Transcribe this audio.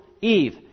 Eve